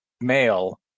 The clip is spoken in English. male